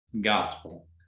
gospel